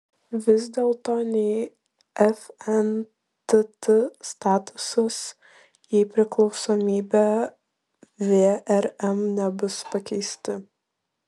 vis dėlto nei fntt statusas jei priklausomybė vrm nebus pakeisti